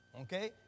Okay